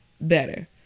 better